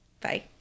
Bye